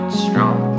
strong